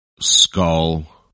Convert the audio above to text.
skull